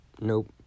nope